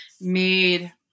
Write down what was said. made